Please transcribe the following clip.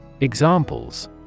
Examples